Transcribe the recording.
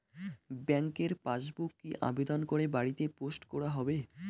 ব্যাংকের পাসবুক কি আবেদন করে বাড়িতে পোস্ট করা হবে?